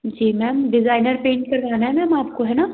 जी ma'am designer paint करवाना है ma'am आपको है ना